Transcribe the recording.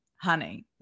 Honey